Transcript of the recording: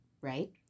right